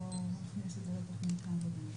הצו נכנס באמת לתוקפו רק באוגוסט.